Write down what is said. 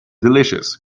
delicious